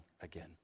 again